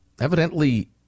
Evidently